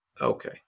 Okay